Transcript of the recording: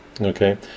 Okay